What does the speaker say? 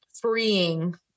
freeing